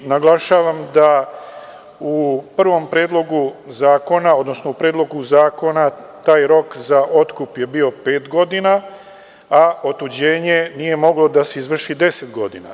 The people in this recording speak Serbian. Naglašavam da u prvom predlogu zakona, odnosno u predlogu zakona taj rok za otkup je bio pet godina, a otuđenje nije moglo da se izvrši 10 godina.